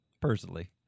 personally